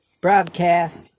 broadcast